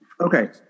Okay